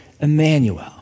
Emmanuel